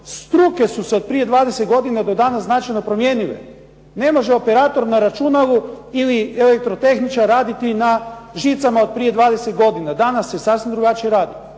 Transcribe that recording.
Struke su se od prije 20 godina do danas značajno promijenile. Ne može operator na računalu ili elektrotehničar raditi na žicama od prije 20 godina. Danas se sasvim drugačije radi.